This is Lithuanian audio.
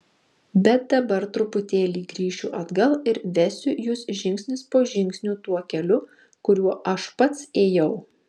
bet dabar truputėlį grįšiu atgal ir vesiu jus žingsnis po žingsnio tuo keliu kuriuo aš pats ėjau